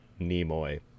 Nimoy